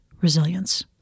resilience